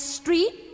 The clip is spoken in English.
street